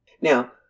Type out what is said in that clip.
Now